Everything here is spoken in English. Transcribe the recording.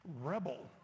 Rebel